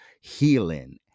healing